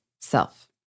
self